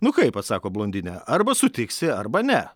nu kaip atsako blondinė arba sutiksi arba ne